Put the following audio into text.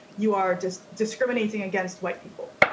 you are just discriminating against white people.